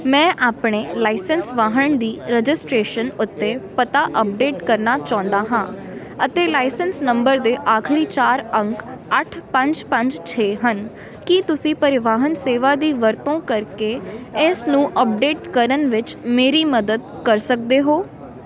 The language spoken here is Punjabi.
ਮੈਂ ਆਪਣੇ ਲਾਇਸੈਂਸ ਵਾਹਨ ਦੀ ਰਜਿਸਟ੍ਰੇਸ਼ਨ ਉੱਤੇ ਪਤਾ ਅੱਪਡੇਟ ਕਰਨਾ ਚਾਹੁੰਦਾ ਹਾਂ ਅਤੇ ਲਾਇਸੈਂਸ ਨੰਬਰ ਦੇ ਆਖਰੀ ਚਾਰ ਅੰਕ ਅੱਠ ਪੰਜ ਪੰਜ ਛੇ ਹਨ ਕੀ ਤੁਸੀਂ ਪਰਿਵਾਹਨ ਸੇਵਾ ਦੀ ਵਰਤੋਂ ਕਰਕੇ ਇਸ ਨੂੰ ਅੱਪਡੇਟ ਕਰਨ ਵਿੱਚ ਮੇਰੀ ਮਦਦ ਕਰ ਸਕਦੇ ਹੋ